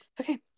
Okay